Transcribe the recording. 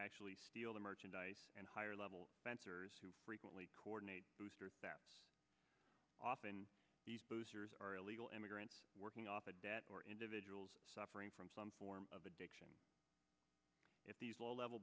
actually steal the merchandise and higher level dancers who frequently coordinate that often are illegal immigrants working off a debt or individuals suffering from some form of addiction if these low level